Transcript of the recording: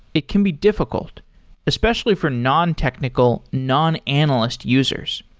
it can be difficult especially for nontechnical, non-analyst users.